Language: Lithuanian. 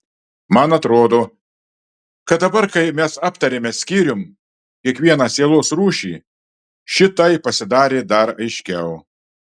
man atrodo kad dabar kai mes aptarėme skyrium kiekvieną sielos rūšį šitai pasidarė dar aiškiau